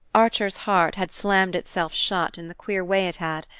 archer's heart had slammed itself shut in the queer way it had,